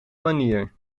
manier